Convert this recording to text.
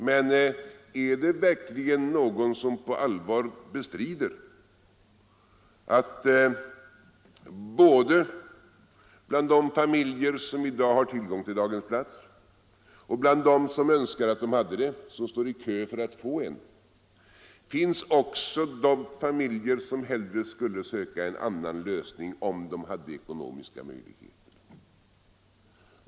Men är det verkligen någon som på allvar bestrider att det — både bland de familjer som har tillgång till daghemsplats och bland dem som önskar att de hade det och som står i kö för att få en — finns familjer som hellre skulle söka en annan lösning om de hade ekonomiska möjligheter?